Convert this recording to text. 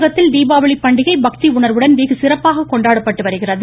தமிழகத்தில் தீபாவளி பண்டிகை பக்தி உணர்வுடன் வெகு சிறப்பாக கொண்டாடப்பட்டு வருகிறது